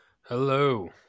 Hello